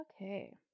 Okay